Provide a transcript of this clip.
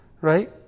right